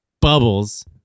Bubbles